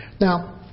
Now